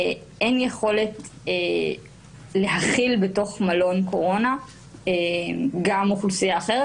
אין יכולת להכיל בתוך מלון קורונה גם אוכלוסייה אחרת,